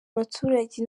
abaturage